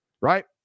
right